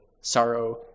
Sorrow